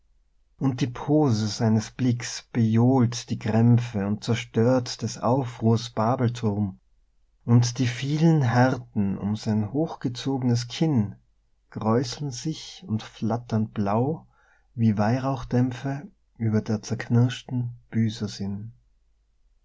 und die pose seines blicks bejohlt die krämpfe und zerstört des aufruhrs babelturm und die vielen härten um sein hochgezognes kinn kräuseln sich und flattern blau wie weihrauchdämpfe über der zerknirschten